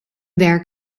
their